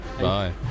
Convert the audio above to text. Bye